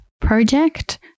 Project